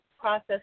process